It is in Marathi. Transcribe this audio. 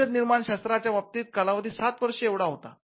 औषध निर्माण शास्त्र च्या बाबतीत कालावधी सात वर्षे एवढाच होता